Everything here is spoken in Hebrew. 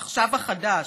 עכשיו, החדש.